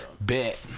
Bet